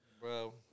Bro